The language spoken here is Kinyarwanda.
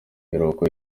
iruhuko